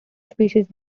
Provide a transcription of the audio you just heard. species